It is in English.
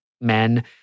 Men